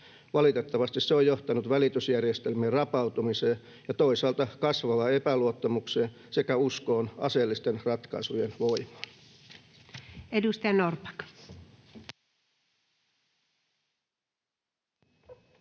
Valitettavasti se on johtanut välitysjärjestelmien rapautumiseen ja toisaalta kasvavaan epäluottamukseen sekä uskoon aseellisten ratkaisujen voimaan.